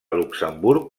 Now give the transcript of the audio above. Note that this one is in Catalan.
luxemburg